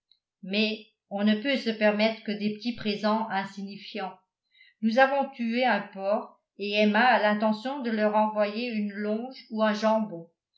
mais on ne peut se permettre que des petits présents insignifiants nous avons tué un porc et emma a l'intention de leur envoyer une longe ou un jambon